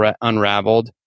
unraveled